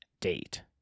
date